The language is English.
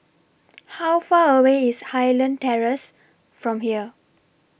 How Far away IS Highland Terrace from here